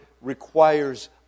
requires